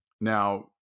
Now